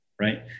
right